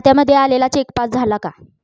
खात्यामध्ये आलेला cheque pass झाला का?